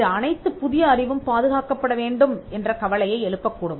இது அனைத்துப் புதிய அறிவும் பாதுகாக்கப்பட வேண்டும் என்ற கவலையை எழுப்பக் கூடும்